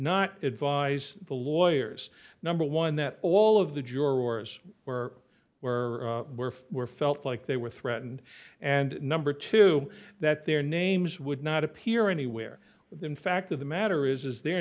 not advise the lawyers number one that all of the jurors were where were felt like they were threatened and number two that their names would not appear anywhere in fact of the matter is their